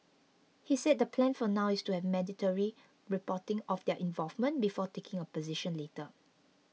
he said the plan for now is to have mandatory reporting of their involvement before taking a position later